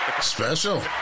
Special